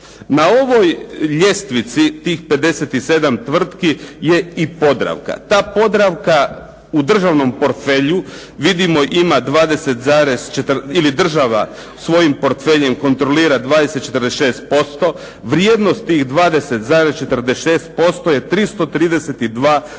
Na ovoj ljestvici tih 57 tvrtki je i Podravka, ta Podravka u državnom portfelju ima vidimo ili država svojim portfeljem kontrolira 20,46%, vrijednost tih 20,46% je 332